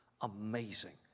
amazing